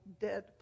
dead